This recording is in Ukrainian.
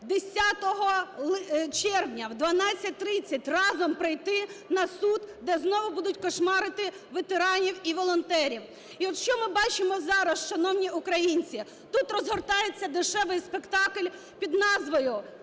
10 червня о 12:30 разом прийти на суд, де знову будуть кошмарити ветеранів і волонтерів. І от що ми бачимо зараз, шановні українці: тут розгортається дешевий спектакль під назвою "Цар